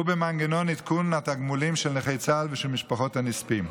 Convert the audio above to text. ובמנגנון עדכון התגמולים של נכי צה"ל ושל משפחות הנספים,